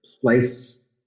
Place